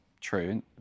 true